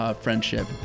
friendship